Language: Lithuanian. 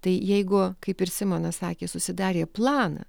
tai jeigu kaip ir simonas sakė susidarė planą